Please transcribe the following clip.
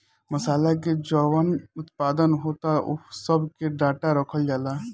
मासाला के जवन उत्पादन होता ओह सब के डाटा रखल जाता